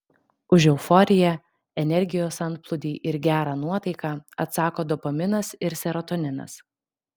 už euforiją energijos antplūdį ir gerą nuotaiką atsako dopaminas ir serotoninas